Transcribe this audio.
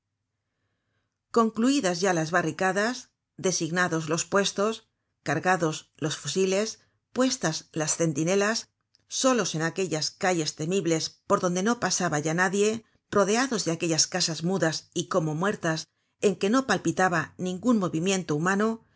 concluidas ya las barricadas designados los puestos cargados los fusiles puestas las centinelas solos en aquellas calles temibles por donde no pasaba ya nadie rodeados de aquellas casas mudas y como muertas en que no palpitaba ningun movimiento humano